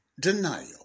denial